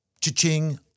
Cha-ching